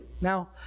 Now